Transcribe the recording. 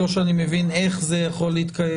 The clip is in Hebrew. לא שאני מבין איך זה מתקיים.